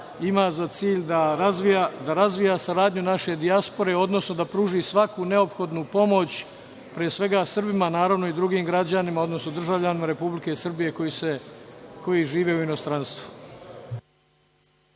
ima za cilj da razvija saradnju naše dijaspore, odnosno da pruži svaku neophodnu pomoć pre svega Srbima, a naravno i drugim građanima, odnosno državljanima Republike Srbije koji žive u inostranstvu.